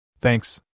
Thanks